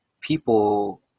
people